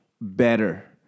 better